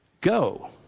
Go